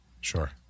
Sure